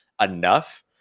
enough